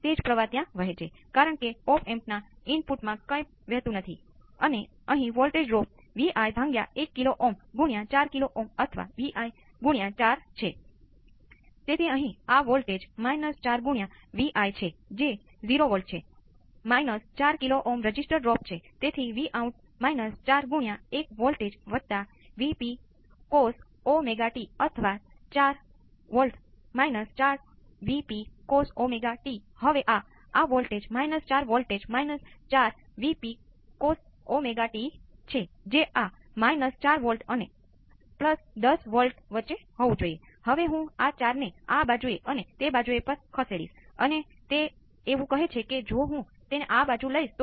તેથી પ્રારંભિક સ્થિતિનો અર્થ એ છે કે ઇનપુટ માં કોઈપણ ચલ પર પ્રારંભિક સ્થિતિની ગણતરી કરી શકશો